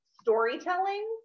storytelling